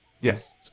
Yes